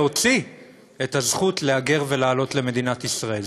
להוציא הזכות להגר ולעלות למדינת ישראל.